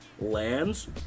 lands